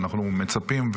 אנחנו מצפים,